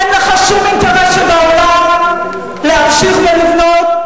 אין לך שום אינטרס שבעולם להמשיך ולבנות,